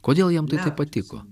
kodėl jam tai taip patiko